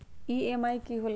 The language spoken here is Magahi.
ई.एम.आई की होला?